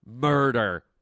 murder